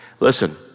Listen